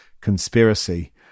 conspiracy